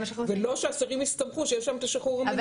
ולא שאסירים יסתמכו שיש להם את השחרור המינהלי ולכן